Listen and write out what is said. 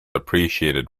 appreciated